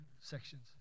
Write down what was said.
sections